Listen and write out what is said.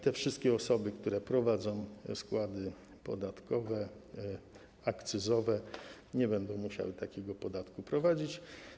Te wszystkie osoby, które prowadzą składy podatkowe, akcyzowe, nie będą musiały takiego podatku prowadzić.